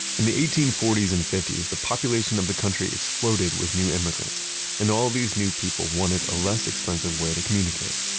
in the eighteen forty s and fifty s, the population of the country exploded with new immigrants and all of these new people wanted a less expensive way to communicate.